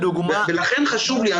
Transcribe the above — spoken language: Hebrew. לכן חשוב לי,